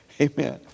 amen